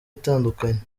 itandukanye